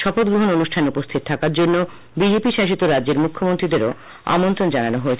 শপথ গ্রহণ অনুষ্ঠানে উপস্হিত থাকার জন্য বি জে পি শাসিত রাজ্যের মুখ্যমন্ত্রীদেরও আমন্ত্রণ জানানো হয়েছে